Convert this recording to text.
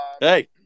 Hey